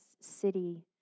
city